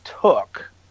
took